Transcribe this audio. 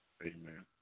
Amen